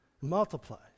multiplies